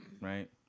right